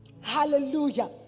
hallelujah